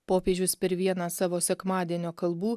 popiežius per vieną savo sekmadienio kalbų